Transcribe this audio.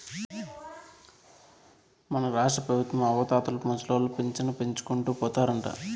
మన రాష్ట్రపెబుత్వం అవ్వాతాతలకు ముసలోళ్ల పింఛను పెంచుకుంటూ పోతారంట